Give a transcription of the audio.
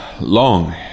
Long